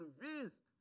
convinced